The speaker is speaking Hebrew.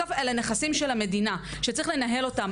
בסוף אלו נכסים של המדינה שצריך לנהל אותם.